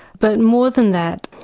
but more than that,